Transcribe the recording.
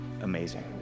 amazing